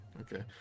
Okay